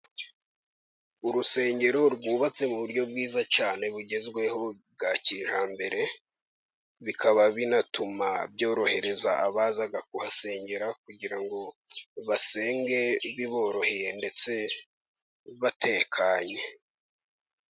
Urusengero rwubatse mu buryo bwiza cyane bugezweho bwa kijyambere, bikaba binatuma byorohereza abaza kuhasengera, kugira ngo basenge biboroheye ndetse batekanye.